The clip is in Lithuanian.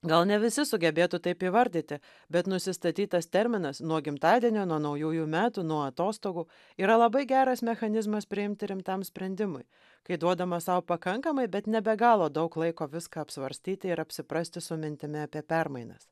gal ne visi sugebėtų taip įvardyti bet nusistatytas terminas nuo gimtadienio nuo naujųjų metų nuo atostogų yra labai geras mechanizmas priimti rimtam sprendimui kai duodama sau pakankamai bet ne be galo daug laiko viską apsvarstyti ir apsiprasti su mintimi apie permainas